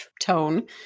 tone